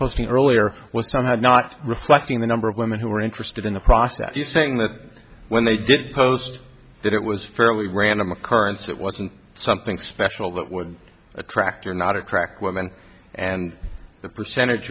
posting earlier was some had not reflecting the number of women who were interested in the process you saying that when they did post that it was fairly random occurrence it wasn't something special that would attract or not attract women and the percentage